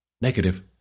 Negative